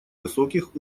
высоких